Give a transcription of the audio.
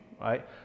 right